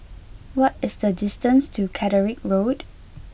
what is the distance to Catterick Road